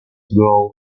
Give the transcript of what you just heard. grow